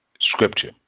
Scripture